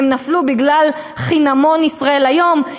הן נפלו בגלל חינמון "ישראל היום",